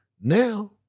Now